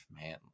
man